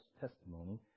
testimony